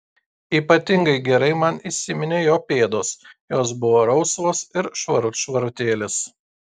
ypatingai gerai man įsiminė jo pėdos jos buvo rausvos ir švarut švarutėlės